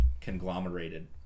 conglomerated